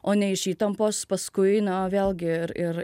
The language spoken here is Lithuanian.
o ne iš įtampos paskui na vėlgi ir ir